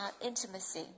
intimacy